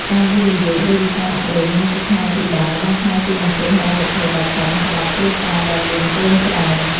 ការវិនិយោគលើវិស័យអប់រំ និងសុខាភិបាលបានក្លាយជាបន្ទុកហិរញ្ញវត្ថុដ៏ធំសម្រាប់គ្រួសារដែលមានកូនច្រើន។